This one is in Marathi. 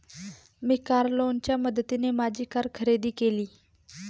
मी कार लोनच्या मदतीने माझी कार खरेदी केली